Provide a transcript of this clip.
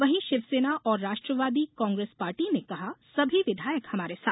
वहीं शिवसेना और राष्ट्रवादी कांग्रेस पार्टी ने कहा सभी विधायक हमारे साथ